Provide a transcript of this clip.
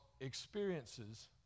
experiences